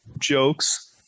Jokes